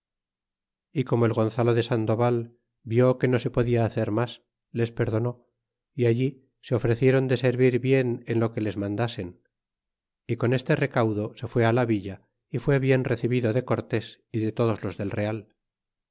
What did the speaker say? y como el gonzalo de sandoval vió que no se podia hacer mas les perdonó y allí se ofreciéron de servir bien en lo que les mandasen y con este recaudo se fue la villa y fué bien recebido de cortés y de todos los del real